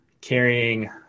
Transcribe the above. carrying